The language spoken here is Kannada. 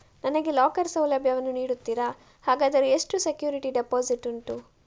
ನನಗೆ ಲಾಕರ್ ಸೌಲಭ್ಯ ವನ್ನು ನೀಡುತ್ತೀರಾ, ಹಾಗಾದರೆ ಎಷ್ಟು ಸೆಕ್ಯೂರಿಟಿ ಡೆಪೋಸಿಟ್ ಉಂಟು?